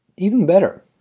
even better,